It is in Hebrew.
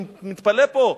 אני מתפלא פה,